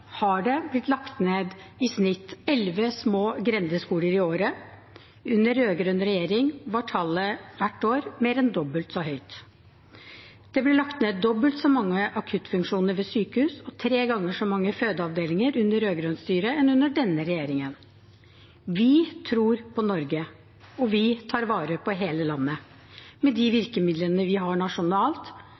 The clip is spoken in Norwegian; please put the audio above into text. har det blitt lagt ned i snitt elleve små grendeskoler i året. Under rød-grønn regjering var tallet hvert år mer enn dobbelt så høyt. Det ble lagt ned dobbelt så mange akuttfunksjoner ved sykehus og tre ganger så mange fødeavdelinger under rød-grønt styre som under denne regjeringen. Vi tror på Norge, og vi tar vare på hele landet med de virkemidlene vi har nasjonalt,